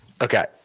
Okay